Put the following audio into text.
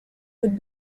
would